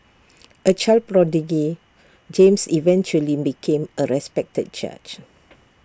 A child prodigy James eventually became A respected judge